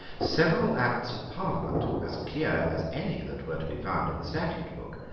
several acts of parliament, as clear as any that were to be found in the statute book,